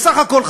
בסך הכול,